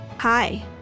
Hi